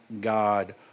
God